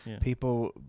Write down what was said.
people